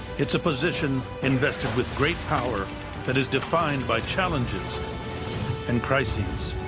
it's a position invested with great power that is defined by challenges and crises,